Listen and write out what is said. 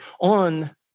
on